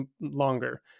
longer